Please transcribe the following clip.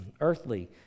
Earthly